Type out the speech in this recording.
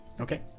Okay